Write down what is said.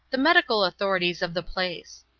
the medical authorities of the place.